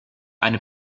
eine